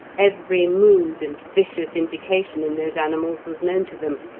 every mood and vicious indication in those animals was known to them,